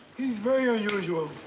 he's very unusual.